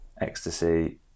ecstasy